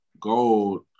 gold